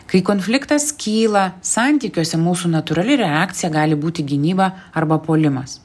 kai konfliktas kyla santykiuose mūsų natūrali reakcija gali būti gynyba arba puolimas